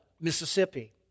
Mississippi